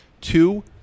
two